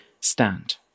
stand